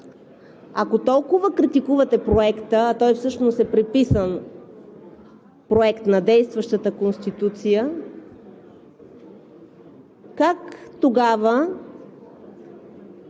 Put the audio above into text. Ако толкова критикувате Проекта, а той всъщност е преписан Проект на действащата Конституция, как тогава